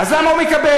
אז למה הוא מקבל?